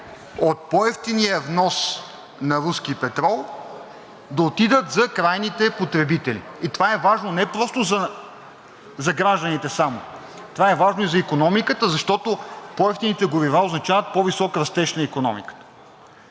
от по-евтиния внос на руски петрол да отидат за крайните потребители и това е важно не просто за гражданите само, това е важно и за икономиката, защото по-евтините горива означават по-висок растеж на икономиката,